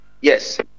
Yes